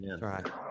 right